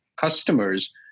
customers